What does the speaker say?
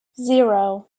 zero